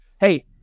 hey